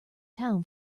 town